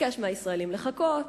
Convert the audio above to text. ביקש מהישראלים לחכות,